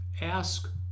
Ask